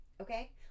Okay